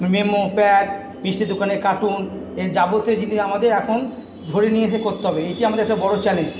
memo pad মিষ্টির দোকানে carton এ যাবতীয় জিনিষ আমাদের এখন ধরে নিয়ে এসে করতে হবে এইটি আমাদের একটা বড়ো চ্যালেঞ্জ